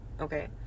Okay